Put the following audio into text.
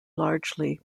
largely